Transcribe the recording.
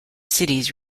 cities